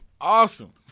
Awesome